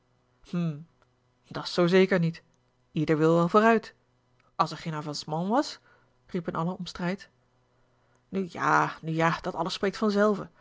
hm dat's zoo zeker niet ieder wil wel vooruit als er geen avancement was riepen allen om strijd nu ja nu ja dat alles spreekt vanzelve